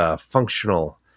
functional